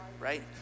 right